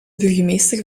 burgemeester